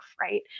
right